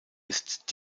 ist